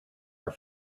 are